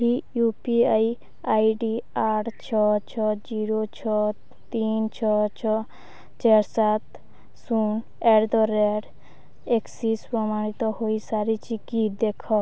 ଏହି U P I I D ଆଠ ଛଅ ଛଅ ଜିରୋ ଛଅ ତିନି ଛଅ ଛଅ ଚାରି ସାତ ଶୂନ ଆଟ୍ ଦ ରେଟ୍ ଏକ୍ସିସ୍ ପ୍ରମାଣିତ ହୋଇସାରିଛି କି ଦେଖ